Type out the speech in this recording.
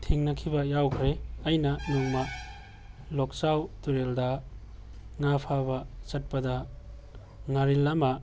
ꯊꯦꯡꯅꯈꯤꯕ ꯌꯥꯎꯈ꯭ꯔꯦ ꯑꯩꯅ ꯅꯣꯡꯃ ꯂꯣꯛꯆꯥꯎ ꯇꯨꯔꯦꯜꯗ ꯉꯥ ꯐꯥꯕ ꯆꯠꯄꯗ ꯉꯥꯔꯤꯜ ꯑꯃ